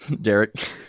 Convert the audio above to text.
Derek